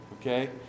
Okay